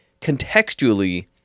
contextually